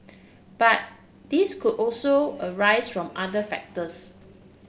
but these could also arise from other factors